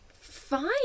fine